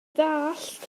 dallt